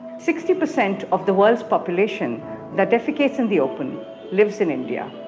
sixty percent of the world's population that defecates in the open lives in india.